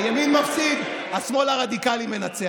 הימין מפסיד, השמאל הרדיקלי מנצח.